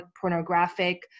pornographic